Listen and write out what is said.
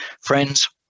Friends